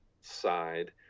side